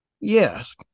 Yes